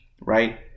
right